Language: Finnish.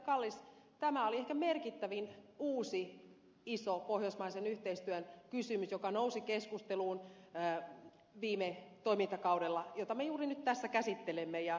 kallis tämä oli ehkä merkittävin uusi iso pohjoismaisen yhteistyön kysymys joka nousi keskusteluun viime toimintakaudella jota me juuri nyt tässä käsittelemme